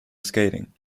skating